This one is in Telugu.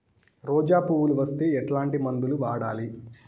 రోజా పువ్వులు వస్తే ఎట్లాంటి మందులు వాడాలి?